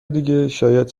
دیگه، شاید